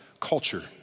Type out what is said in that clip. culture